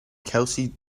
kelsey